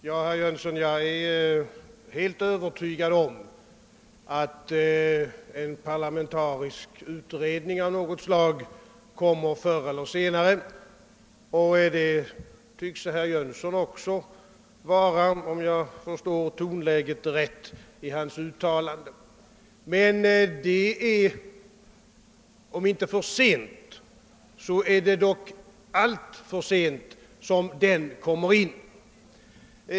Herr talman! Jag är helt övertygad, herr Jönsson i Arlöv, om att en parlamentarisk utredning av något slag kommer förr eller senare, och det tycks herr Jönsson också vara, om jag rätt förstår tonläget i hans uttalande. Men det är, om inte för sent, dock alltför sent som den kommer in.